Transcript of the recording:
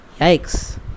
yikes